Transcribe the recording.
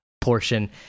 portion